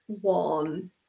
one